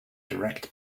direct